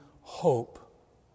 hope